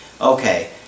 okay